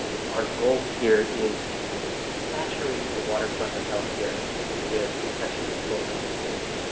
you know, our goal here is to saturate the waterfront of healthcare with infection control understanding,